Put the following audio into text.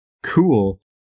cool